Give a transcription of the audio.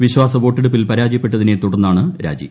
വിശ്വാസ വോട്ടെടുപ്പിൽ പരാജയപ്പെട്ടുതിനെ തുടർന്നാണ് രാജി